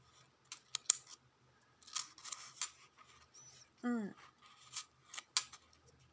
mm